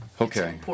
Okay